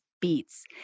Beats